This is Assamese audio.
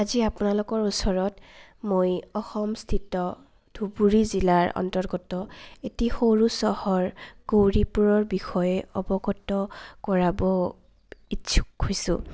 আজি আপোনালোকৰ ওচৰত মই অসমস্থিত ধুবুৰী জিলাৰ অন্তৰ্গত এটি সৰু চহৰ গৌৰীপুৰৰ বিষয়ে অৱগত কৰাব ইচ্ছুক কৈছোঁ